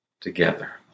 together